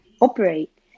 operate